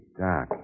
Doc